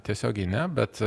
tiesiogiai ne bet